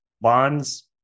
bonds